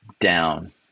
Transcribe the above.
down